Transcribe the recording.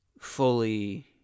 fully